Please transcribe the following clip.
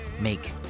make